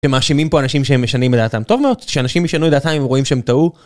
הם מאשימים פה אנשים שהם משנים את דעתם, טוב מאוד, שאנשים ישנו את דעתם אם הם רואים שהם טעו